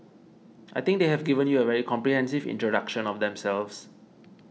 I think they have given you a very comprehensive introduction of themselves